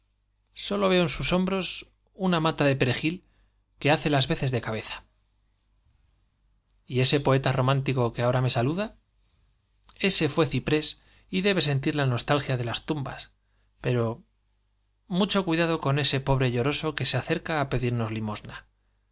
sólo veo en sus hombros una mata de perejil que hace las veces de cabeza saluda y ese poeta romántico que ahora me ése fué ciprés y debe sentir la nostalgia de las tumbas pero mucho cuidado con ese pobre lloroso á limosna